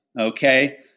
okay